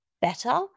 better